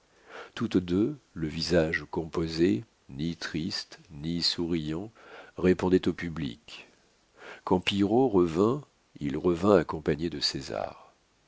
toutes deux le visage composé ni triste ni souriant répondaient au public quand pillerault revint il revint accompagné de césar